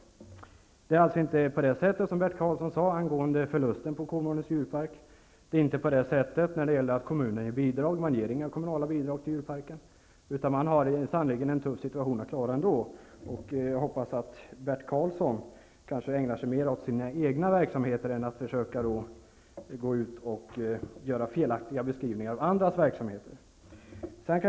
Det förhåller sig alltså inte på det sätt som Bert Kolmårdens djurpark. Det är inte riktigt det Bert Karlsson sade om kommunala bidrag. Kommunen ger inga bidrag till djurparken, för kommunen har sannerligen en tuff situation att klara ändå. Jag tycker att Bert Karlsson borde ägna sig mer åt sina egna angelägenheter än åt att göra felaktiga beskrivningar av andras verksamheter.